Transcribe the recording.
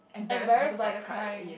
embarrassed by the crying